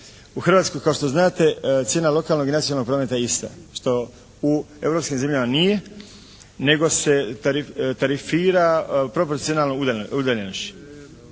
u Hrvatskoj kao što znate cijena nacionalnog i lokalnog prometa je ista što u europskim zemljama nije nego se tarifira proporcionalna udaljenošću.